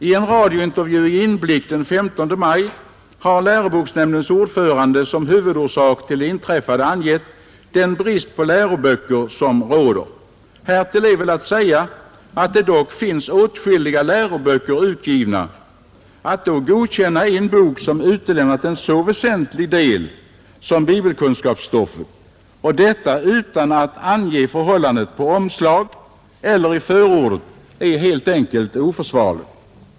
I en radiointervju i ”Inblick” den 15 maj har läroboksnämndens ordförande som huvudorsak till det inträffade angett den brist på läroböcker som råder. — Härtill är väl att säga, att det dock finns åtskilliga läroböcker utgivna. Att då godkänna en bok som utelämnat en så väsentlig del som bibelkunskapsstoffet — och detta utan att ange förhållandet på omslaget eller i förordet — är helt enkelt oförsvarligt.